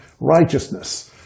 righteousness